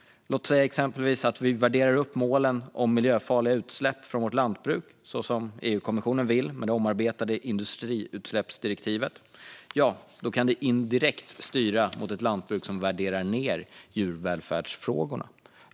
Låt oss exempelvis säga att vi värderar upp målen om miljöfarliga utsläpp från vårt lantbruk så som EU-kommissionen vill med det omarbetade industriutsläppsdirektivet. Då kan det indirekt styra mot ett lantbruk som värderar ned djurvälfärdsfrågorna.